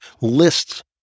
lists